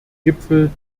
gipfel